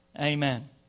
amen